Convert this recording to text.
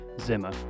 Zimmer